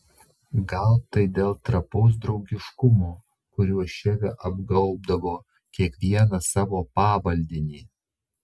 gal tai dėl trapaus draugiškumo kuriuo šefė apgaubdavo kiekvieną savo pavaldinį